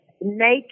nature